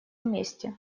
вместе